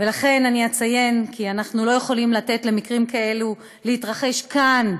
ולכן אני אציין כי אנחנו לא יכולים לתת למקרים כאלה להתרחש כאן,